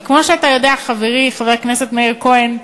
כי כמו שאתה יודע, חברי חבר הכנסת מאיר כהן,